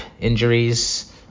injuries